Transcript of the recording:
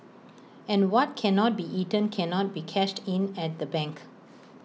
and what cannot be eaten cannot be cashed in at the bank